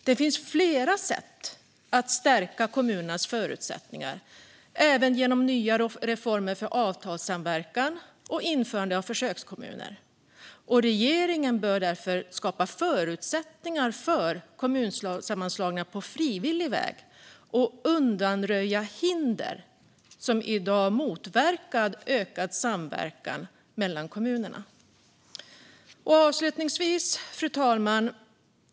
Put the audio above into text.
Det finns flera sätt att stärka kommunernas förutsättningar, även genom nya former för avtalssamverkan och införande av försökskommuner. Regeringen bör därför skapa förutsättningar för kommunsammanslagningar för att på frivillig väg undanröja hinder som i dag motverkar ökad samverkan mellan kommunerna. Fru talman!